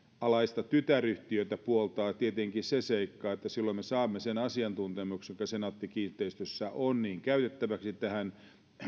alaista tytäryhtiötä puoltaa tietenkin se seikka että silloin me saamme sen asiantuntemuksen joka senaatti kiinteistöissä on käytettäväksi tähän